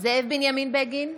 זאב בנימין בגין,